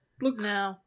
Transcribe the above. looks